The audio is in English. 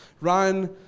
Ryan